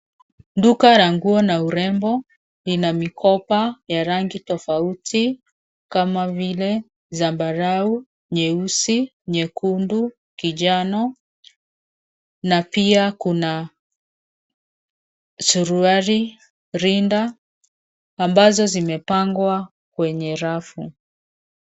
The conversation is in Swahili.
Duka la nguo na urembo. Lina mikoba ya rangi tofauti, kama vile, zambarau, nyeusi, nyekundu, kijano, na pia kuna suruali, rinda, ambazo zimepangwa kwenye rafu.